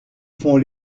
font